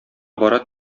бара